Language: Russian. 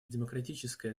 демократическое